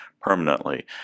permanently